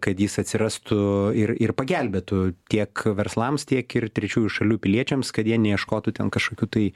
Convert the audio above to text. kad jis atsirastų ir ir pagelbėtų tiek verslams tiek ir trečiųjų šalių piliečiams kad jie neieškotų ten kažkokių tai